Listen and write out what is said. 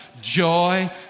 joy